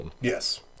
Yes